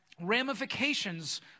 ramifications